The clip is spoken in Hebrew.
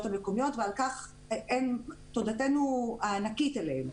המקומיות ועל כך תודתנו הענקית אליהן.